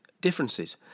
differences